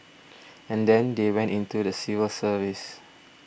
and then they went into the civil service